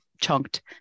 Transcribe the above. chunked